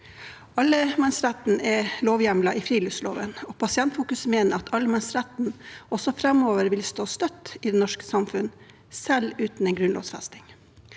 Allemannsretten er lovhjemlet i friluftsloven. Pasientfokus mener at allemannsretten også framover vil stå støtt i det norske samfunn, selv uten en grunnlovfesting.